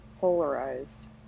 polarized